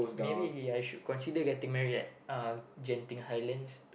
maybe we I should consider getting married at uh Genting-Highlands